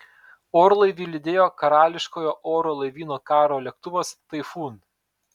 orlaivį lydėjo karališkojo oro laivyno karo lėktuvas taifūn